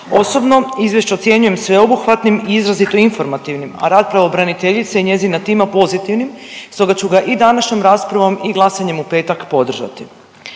Osobno izvješće ocjenjujem sveobuhvatnim i izrazito informativnim, a rad pravobraniteljice i njezinog tima pozitivnim stoga ću ga i današnjom raspravom i glasanjem u petak podržati.